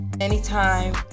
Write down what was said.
anytime